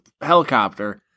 helicopter